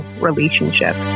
relationship